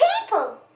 people